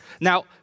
Now